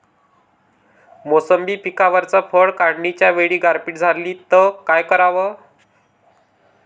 मोसंबी पिकावरच्या फळं काढनीच्या वेळी गारपीट झाली त काय कराव?